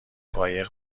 قایق